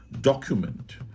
document